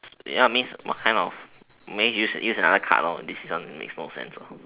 ya I means what kind of maybe use use another card lor this one makes no sense lah